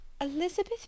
Elizabeth